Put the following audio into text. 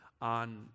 on